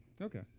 Okay